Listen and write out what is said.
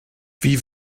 wie